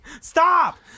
stop